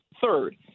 Third